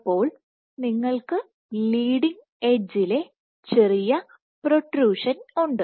അപ്പോൾ നിങ്ങൾക്ക് ലീഡിംഗ് എഡ്ജിലെ ചെറിയ പ്രൊട്രുഷൻ ഉണ്ട്